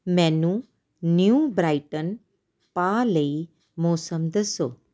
ਮੈਨੂੰ New Brighton ਪਾ ਲਈ ਮੌਸਮ ਦੱਸੋ